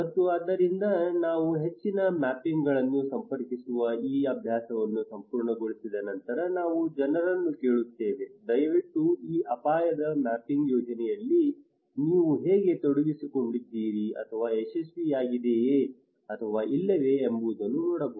ಮತ್ತು ಆದ್ದರಿಂದ ನಾವು ಹೆಚ್ಚಿನ ಮ್ಯಾಪಿಂಗ್ಗಳನ್ನು ಸಂಪರ್ಕಿಸುವ ಈ ಅಭ್ಯಾಸವನ್ನು ಪೂರ್ಣಗೊಳಿಸಿದ ನಂತರ ನಾವು ಜನರನ್ನು ಕೇಳುತ್ತೇವೆ ದಯವಿಟ್ಟು ಈ ಅಪಾಯದ ಮ್ಯಾಪಿಂಗ್ ಯೋಜನೆಯಲ್ಲಿ ನೀವು ಹೇಗೆ ತೊಡಗಿಸಿಕೊಂಡಿದ್ದೀರಿ ಅದು ಯಶಸ್ವಿಯಾಗಿದೆಯೇ ಅಥವಾ ಇಲ್ಲವೇ ಎಂಬುದನ್ನು ನೋಡಬಹುದು